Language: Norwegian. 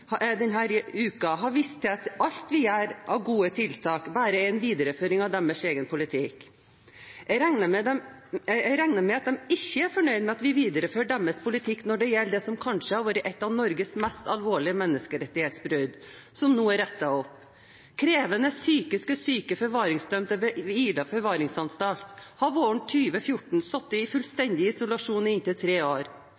alt vi gjør av gode tiltak, bare er en videreføring av deres egen politikk. Jeg regner med at de er fornøyd med at vi ikke viderefører deres politikk når det gjelder det som kanskje har vært et av Norges mest alvorlige menneskerettighetsbrudd, som nå er rettet opp. Krevende, psykisk syke forvaringsdømte ved Ila forvaringsanstalt hadde våren 2014 sittet i